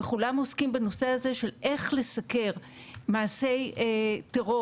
וכולם עוסקים בנושא של איך לסקר מעשה טרור